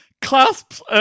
clasps